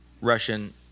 Russian